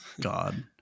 God